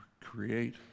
create